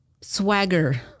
swagger